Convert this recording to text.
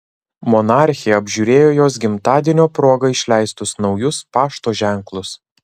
monarchė apžiūrėjo jos gimtadienio proga išleistus naujus pašto ženklus